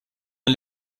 ein